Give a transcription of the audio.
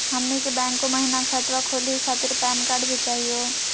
हमनी के बैंको महिना खतवा खोलही खातीर पैन कार्ड भी चाहियो?